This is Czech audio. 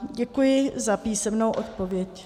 Děkuji za písemnou odpověď.